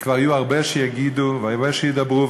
יהיו כבר הרבה שיגידו והרבה שידברו,